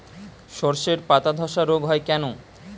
শর্ষের পাতাধসা রোগ হয় কেন?